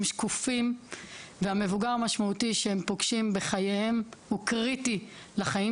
הם שקופים והמבוגר המשמעותי שהם פוגשים בחייהם הוא קריטי לחיים